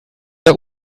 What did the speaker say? der